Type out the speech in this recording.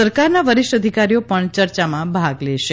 સરકારના વરિષ્ઠ અધિકારીઓ પણ ચર્ચામાં ભાગ લેશે